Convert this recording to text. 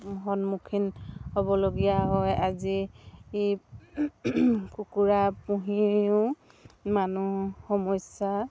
সন্মুখীন হ'বলগীয়া হয় আজি কুকুৰা পুহিও মানুহ সমস্যা